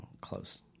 close